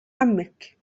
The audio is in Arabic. عمك